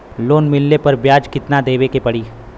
Loan मिलले पर ब्याज कितनादेवे के पड़ी?